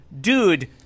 dude